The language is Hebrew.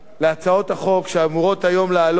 להצעות החוק שאמורות לעלות